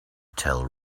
tell